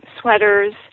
sweaters